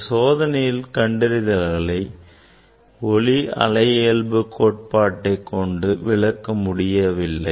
இந்த சோதனையின் கண்டறிதல்களை ஒளி அலையியல்பு கோட்பாட்டை கொண்டு விளக்க முடியவில்லை